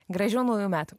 gražių naujų metų